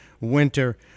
winter